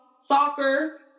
soccer